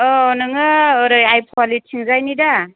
औ नोङो ओरै आइपुवालि थिंजायनि दा